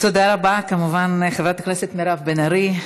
תודה רבה, כמובן, לחברת הכנסת מירב בן ארי.